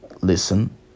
listen